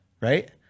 Right